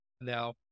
Now